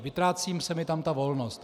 Vytrácí se mi tam volnost.